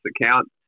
account